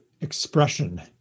expression